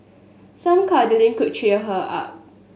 some cuddling could cheer her up